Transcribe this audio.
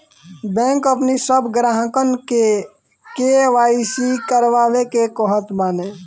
bank अपनी सब ग्राहकन के के.वाई.सी करवावे के कहत बाने